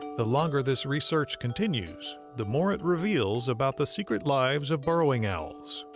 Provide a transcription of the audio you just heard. the longer this research continues, the more it reveals about the secret lives of burrowing owls.